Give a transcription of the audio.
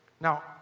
Now